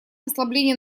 ослабления